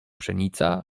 pszenica